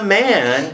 man